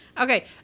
Okay